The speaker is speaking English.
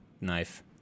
knife